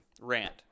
rant